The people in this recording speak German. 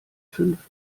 fünf